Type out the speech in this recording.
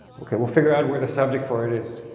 okay, we'll figure out where the subject for it is.